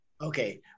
okay